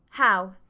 how?